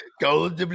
Gold